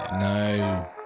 No